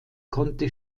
konnte